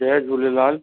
Jay Jhulelal